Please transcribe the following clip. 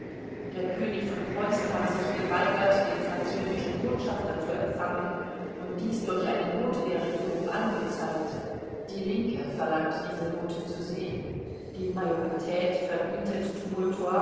der könig von preußen habe sich geweigert den französischen botschafter zu empfangen und dies durch eine note der regierung angezeigt die linke verlangt diese note zu sehen die majorität verbietet tumultuarisch